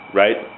right